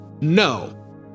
No